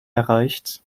erreicht